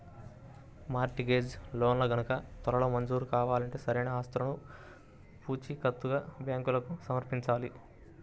mart gauge లోన్లు గనక త్వరగా మంజూరు కావాలంటే సరైన ఆస్తులను పూచీకత్తుగా బ్యాంకులకు సమర్పించాలి